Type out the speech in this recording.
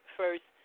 first